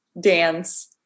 dance